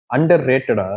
Underrated